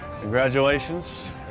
congratulations